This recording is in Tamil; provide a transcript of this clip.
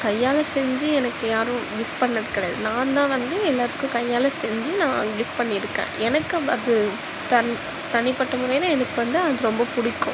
கையால் செஞ்சு எனக்கு யாரும் கிஃப்ட் பண்ணிணது கிடையாது நான்தான் வந்து எல்லோருக்கும் கையால் செஞ்சு நான் கிஃப்ட் பண்ணியிருக்கேன் எனக்கு அது தனி தனிப்பட்ட முறையில் எனக்கு வந்து அது ரொம்ப பிடிக்கும்